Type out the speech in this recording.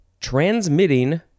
Transmitting